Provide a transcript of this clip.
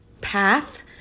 path